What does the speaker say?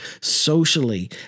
socially